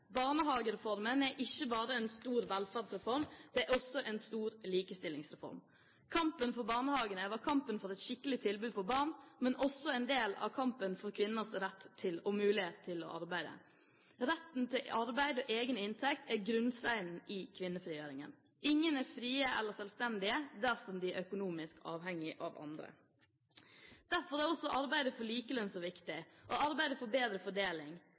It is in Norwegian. Barnehagereformen er ikke bare en stor velferdsreform, den er også en stor likestillingsreform. Kampen for barnehagene var kampen for et skikkelig tilbud for barn, men også en del av kampen for kvinners rett til og mulighet til å arbeide. Retten til arbeid og egen inntekt er grunnsteinen i kvinnefrigjøringen. Ingen er frie eller selvstendige dersom de er økonomisk avhengig av andre. Derfor er også arbeidet for likelønn og arbeidet for bedre fordeling